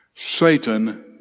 Satan